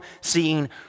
seeing